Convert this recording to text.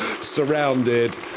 surrounded